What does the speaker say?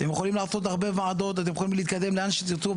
אתם יכולים לעשות הרבה ועדות ולהתקדם לאן שתרצו.